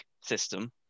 system